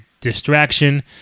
distraction